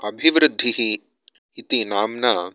अभिवृद्धिः इति नाम्ना